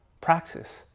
praxis